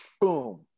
Boom